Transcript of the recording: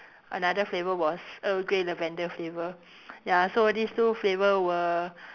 another flavour was earl grey lavender flavour ya so these two flavour were